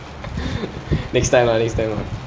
next time lah next time ah